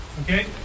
Okay